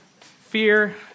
fear